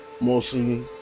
mostly